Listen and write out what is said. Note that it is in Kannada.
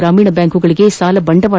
ಗ್ರಾಮೀಣ ಬ್ಯಾಂಕುಗಳಿಗೆ ಸಾಲ ಬಂಡವಾಳ